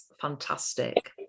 fantastic